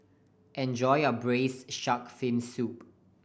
enjoy your Braised Shark Fin Soup